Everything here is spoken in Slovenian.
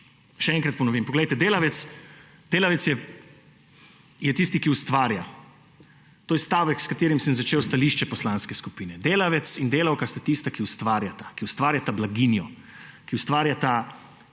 še enkrat ponovim. Poglejte, delavec je tisti, ki ustvarja. To je stavek, s katerim sem začel stališče poslanske skupine. Delavec in delavka sta tista, ki ustvarjata, ki ustvarjata blaginjo, ki ustvarjata